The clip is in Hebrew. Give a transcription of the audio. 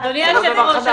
אדוני היושב-ראש,